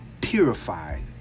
purified